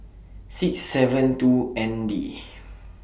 six seven two N D